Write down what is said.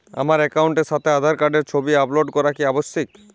আমার অ্যাকাউন্টের সাথে আধার কার্ডের ছবি আপলোড করা কি আবশ্যিক?